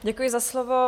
Děkuji za slovo.